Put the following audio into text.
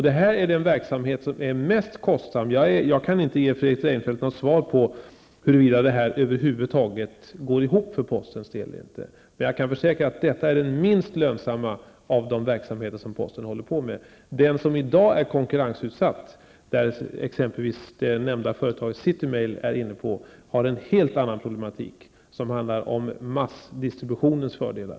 Det är den verksamhet som är minst lönsam. Jag kan inte ge Fredrik Reinfeldt något svar på om den verksamheten över huvud taget går ihop för postens del. Men jag kan försäkra att den verksamheten är den minst lönsamma av de verksamheter posten har. Den verksamhet som i dag är konkurrensutsatt, där det nämnda företaget City Mail är inblandat, har en helt annan problematik. Där handlar det om massdistributionens fördelar.